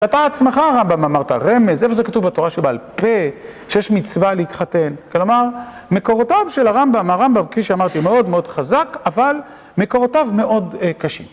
אתה עצמך הרמב״ם, אמרת, רמז, איפה זה כתוב בתורה שבעל פה שיש מצווה להתחתן? כלומר, מקורותיו של הרמב״ם, הרמב״ם, כפי שאמרתי, מאוד מאוד חזק, אבל מקורותיו מאוד קשים.